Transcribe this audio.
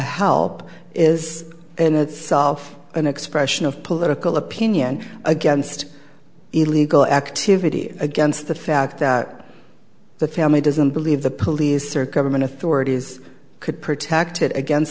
help is in itself an expression of political opinion against illegal activity against the fact that the family doesn't believe the police or government authorities could protect it against